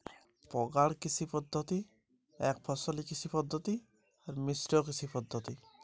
কৃষির উৎপাদন বৃদ্ধির পদ্ধতিগুলি কী কী?